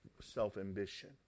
self-ambition